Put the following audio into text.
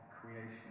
creation